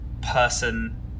person